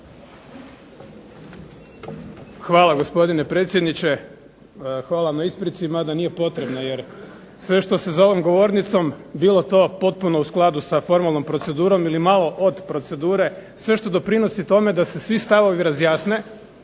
Hvala, gospodine predsjedniče. Hvala na isprici, mada nije potrebna jer sve što se za ovom govornicom, bilo to potpuno u skladu sa formalnom procedurom ili malo od procedure, sve što doprinosi tome da se svi stavovi razjasne